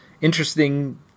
interesting